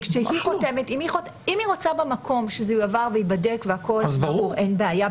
אם היא רוצה במקום שזה יועבר וייבדק אז אין בעיה,